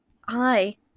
Hi